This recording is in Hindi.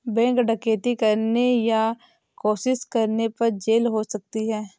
बैंक डकैती करने या कोशिश करने पर जेल हो सकती है